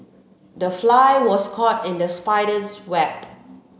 the fly was caught in the spider's web